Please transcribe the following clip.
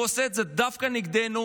והוא עושה את זה דווקא נגדנו,